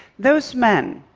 those men